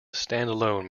standalone